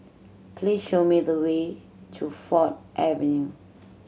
please show me the way to Ford Avenue